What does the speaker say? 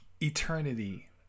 eternity